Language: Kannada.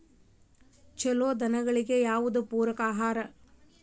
ಛಲೋ ದನಗಳಿಗೆ ಯಾವ್ದು ಪೂರಕ ಆಹಾರ?